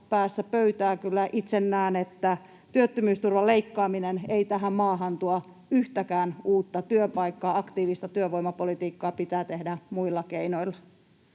päässä pöytää kyllä itse näen, että työttömyysturvan leikkaaminen ei tähän maahan tuo yhtäkään uutta työpaikkaa. Aktiivista työvoimapolitiikkaa pitää tehdä muilla keinoilla.